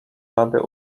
rady